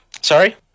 Sorry